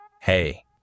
Hey